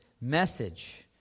message